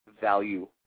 value